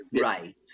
Right